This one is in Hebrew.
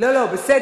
לא, לא, בסדר.